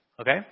Okay